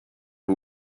who